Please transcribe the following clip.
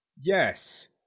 Yes